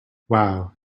wow